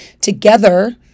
together